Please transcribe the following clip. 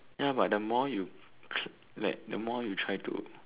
ya but the more you cl like the more you try to